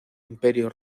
imperio